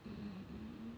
mm